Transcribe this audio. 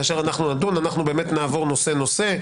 כאשר אנחנו נדון אנחנו באמת נעבור נושא נושא.